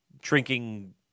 drinking